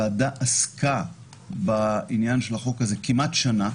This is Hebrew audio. היא עסקה בעניין של החוק הזה כמעט שנה,